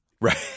Right